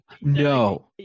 No